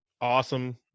awesome